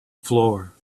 floor